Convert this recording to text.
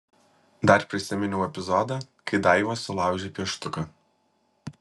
dar prisiminiau epizodą kai daiva sulaužė pieštuką